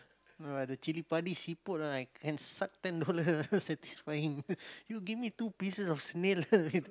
the cili padi siput ah I can suck ten dollar > satisfying you give me two pieces of snail